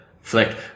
flick